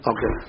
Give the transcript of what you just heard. Okay